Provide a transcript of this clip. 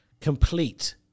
Complete